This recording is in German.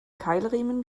keilriemen